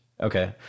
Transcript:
Okay